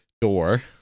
door